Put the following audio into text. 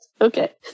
okay